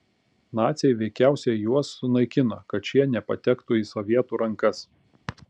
naciai veikiausiai juos sunaikino kad šie nepatektų į sovietų rankas